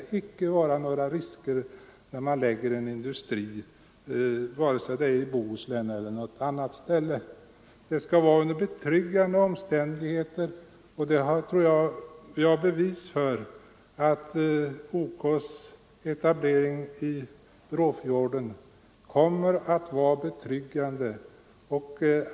Lokalisering av industri, vare sig den sker i Bohuslän eller på någon annan plats, skall göras under betryggande omständigheter. Jag tror att vi har bevis för att OK:s etablering i Brofjorden är betryggande.